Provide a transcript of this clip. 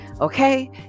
Okay